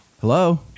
Hello